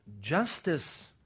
justice